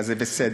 אז זה בסדר.